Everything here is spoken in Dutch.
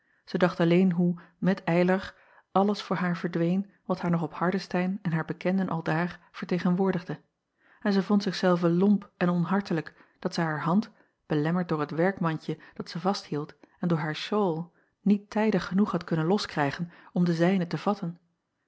zij dacht alleen hoe met ylar alles voor haar verdween wat haar nog ardestein en haar bekenden aldaar vertegenwoordigde en zij vond zich zelve lomp en onhartelijk dat zij haar hand belemmerd door het werkmandje dat zij vasthield en door haar shawl niet tijdig genoeg had kunnen loskrijgen om de zijne te vatten